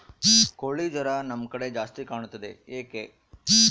ಕೋಳಿ ಜ್ವರ ನಮ್ಮ ಕಡೆ ಜಾಸ್ತಿ ಕಾಣುತ್ತದೆ ಏಕೆ?